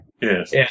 Yes